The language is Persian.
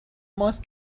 ماست